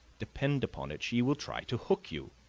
depend upon it she will try to hook you.